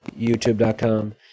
youtube.com